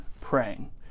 praying